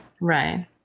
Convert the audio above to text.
Right